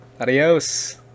Adios